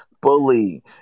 Bully